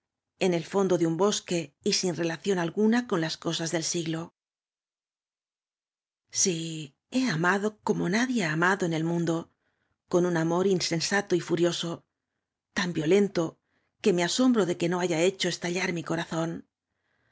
en el fondo de un bosque y sin relación a l guna con las cosas del siglo sí lie amado como o adíe ha amado en el mundo coa un amor iosonsatoy furioso tan t í o lento que me asombro de que no tiaya hecho estallar mi corazón